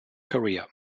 career